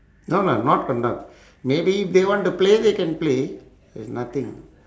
no no not conduct maybe they want to play they can play there's nothing